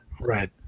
Right